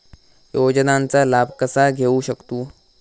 योजनांचा लाभ कसा घेऊ शकतू?